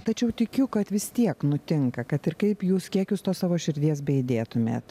tačiau tikiu kad vis tiek nutinka kad ir kaip jūs kiek jūs tos savo širdies beįdėtumėt